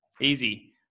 easy